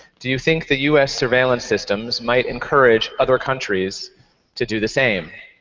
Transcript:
do you think the us surveillance systems might encourage other countries to do the same?